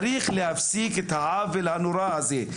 צריך להפסיק את העוול הנורא הזה.